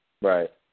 Right